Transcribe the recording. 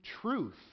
truth